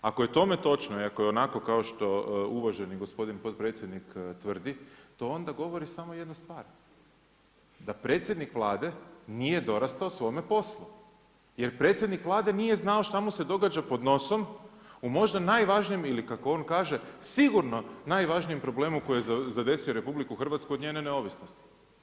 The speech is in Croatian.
Ako je tome točno i ako je onako kao što uvaženi gospodin potpredsjednik tvrdi, to onda govori samo jednu stvar, da predsjednik Vlade nije dorastao svome poslu jer predsjednik Vlade nije znao šta mu se događa pod nosom u možda najvažnijem ili kako on kaže sigurno najvažnije problemu koji je zadesio RH od njene neovisnosti.